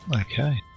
Okay